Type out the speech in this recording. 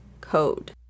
code